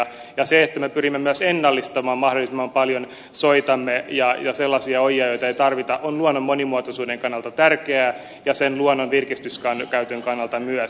se että me pyrimme myös ennallistamaan mahdollisimman paljon soitamme ja sellaisia ojia joita ei tarvita on luonnon monimuotoisuuden kannalta tärkeää ja luonnon virkistyskäytön kannalta myös